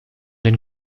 den